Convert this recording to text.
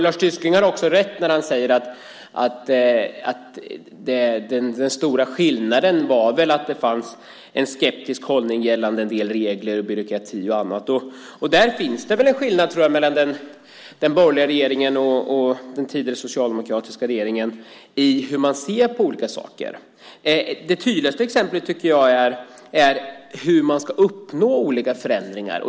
Lars Tysklind har också rätt när han säger att den stora skillnaden var att det fanns en skeptisk hållning gällande en del regler, byråkrati och annat. Där finns det en skillnad mellan den borgerliga regeringen och den tidigare socialdemokratiska regeringen i hur man ser på olika saker. Det tydligaste exemplet är hur man ska uppnå olika förändringar.